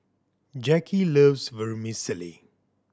Jacki loves Vermicelli